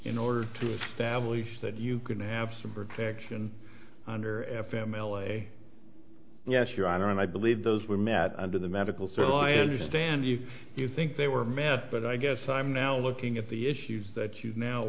in order to establish that you can have some protection under f m l a yes your honor and i believe those were met under the medical so i understand you you think they were math but i guess i'm now looking at the issues that you now